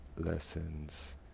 lessons